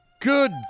Good